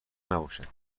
نباشد